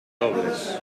dobles